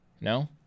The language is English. No